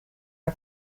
our